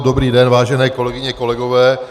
Dobrý den, vážené kolegyně, kolegové.